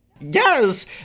Yes